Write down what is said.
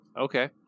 Okay